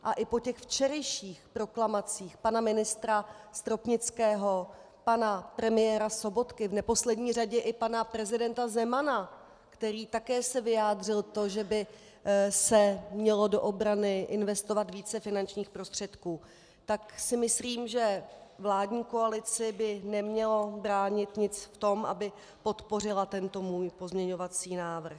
A i po těch včerejších proklamacích pana ministra Stropnického, pana premiéra Sobotky, v neposlední řadě i pana prezidenta Zemana, který se také vyjádřil, že by se mělo do obrany investovat více finančních prostředků, tak si myslím, že vládní koalici by nemělo nic bránit v tom, aby podpořila tento můj pozměňovací návrh.